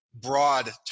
broad